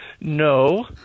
No